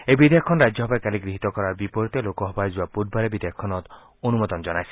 এই বিধেয়কখন ৰাজ্যসভাই কালি গৃহীত কৰাৰ বিপৰীতে লোকসভাই যোৱা বুধবাৰেই বিধেয়কখনত অনুমোদন জনাইছিল